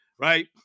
right